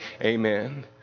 amen